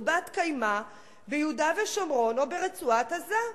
בת-קיימא ביהודה ושומרון או ברצועת-עזה.